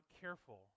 careful